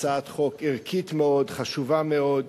הצעת חוק ערכית מאוד, חשובה מאוד,